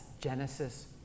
Genesis